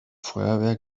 feuerwehr